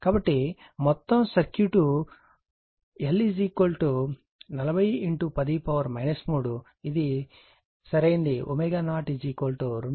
కాబట్టి మొత్తం circuit L 40 10 3 ఇది సరైనది ω0 2